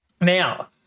Now